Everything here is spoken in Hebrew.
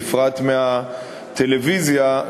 בפרט מהטלוויזיה,